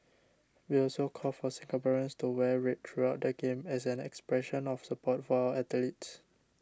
we also call for Singaporeans to wear red throughout the Games as an expression of support for our athletes